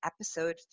episode